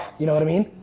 you know what i mean.